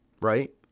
right